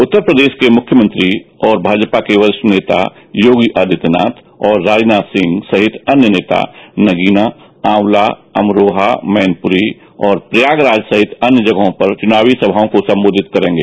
उत्तर प्रदेश के मुख्यमंत्री और भाजपा के वरिष्ठ नेता योगी आदित्यनाथ और राजनाथ सिंह सहित अन्य नेता नगीना आंवला अमरोहा मैनपुरी और प्रयागराज सहित अन्य जगहों पर चुनावी सभाओं को संबोधित करेंगे